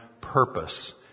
purpose